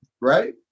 right